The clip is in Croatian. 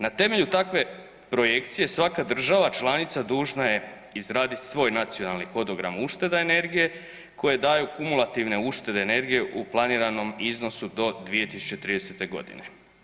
Na temelju takve projekcije svaka država članica dužna je izraditi svoj nacionalni hodogram ušteda energije koje daju kumulativne uštede energije u planiranom iznosu do 2030. godine.